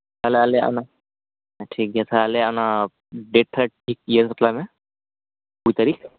ᱛᱟᱦᱞᱮ ᱟᱞᱮ ᱚᱱᱟ ᱴᱷᱤᱠ ᱜᱮᱭᱟ ᱛᱟᱦᱞᱮ ᱟᱞᱮ ᱚᱱᱟ ᱰᱮᱴ ᱯᱷᱤᱠᱥᱴ ᱤᱭᱟᱹ ᱠᱟᱛᱟᱞᱮᱢᱮ ᱵᱟᱨᱜᱮᱞ ᱢᱟᱹᱦᱤᱛ